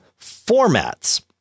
formats